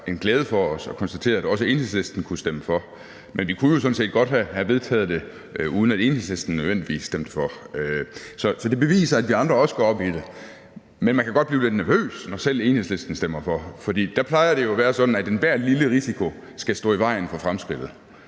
en glæde for os at konstatere, at også Enhedslisten kunne stemme for. Men vi kunne sådan set godt have vedtaget det, uden at Enhedslisten nødvendigvis stemte for. Så det beviser, at vi andre også går op i det. Men man kan godt blive lidt nervøs, når selv Enhedslisten stemmer for, for der plejer det jo at være sådan, at enhver lille risiko skal stå i vejen for fremskridtet.